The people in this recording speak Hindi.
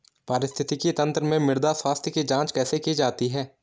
पारिस्थितिकी तंत्र में मृदा स्वास्थ्य की जांच कैसे की जाती है?